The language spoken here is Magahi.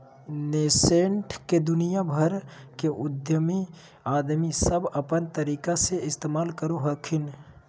नैसैंट के दुनिया भर के उद्यमी आदमी सब अपन तरीका से इस्तेमाल करो हखिन